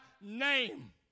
name